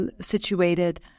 situated